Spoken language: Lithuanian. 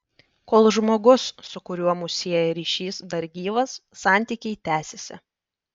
kol žmogus su kuriuo mus sieja ryšys dar gyvas santykiai tęsiasi